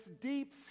deep